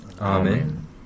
Amen